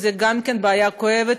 גם זאת בעיה כואבת,